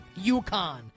UConn